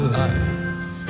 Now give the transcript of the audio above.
life